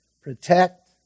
protect